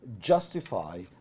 Justify